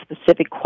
specific